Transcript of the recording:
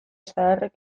zaharrek